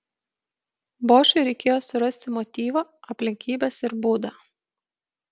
bošui reikėjo surasti motyvą aplinkybes ir būdą